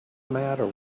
matter